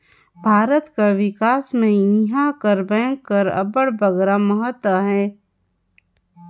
भारत कर बिकास में इहां कर बेंक कर अब्बड़ बगरा महत अहे